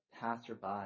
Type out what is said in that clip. passerby